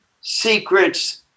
secrets